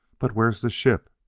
but where's the ship?